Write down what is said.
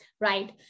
right